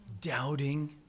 Doubting